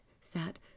sat